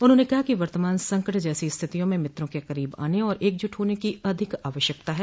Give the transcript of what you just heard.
उन्होंने कहा कि वर्तमान संकट जैसी स्थितियों में मित्रों के करीब आने और एकजुट होन की अधिक आवश्यकता है